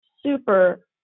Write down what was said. super